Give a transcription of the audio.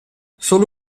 solo